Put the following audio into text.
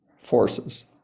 forces